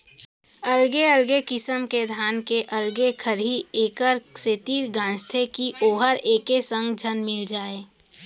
अलगे अलगे किसम के धान के अलगे खरही एकर सेती गांजथें कि वोहर एके संग झन मिल जाय